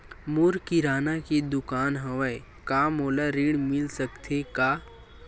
मोर किराना के दुकान हवय का मोला ऋण मिल सकथे का?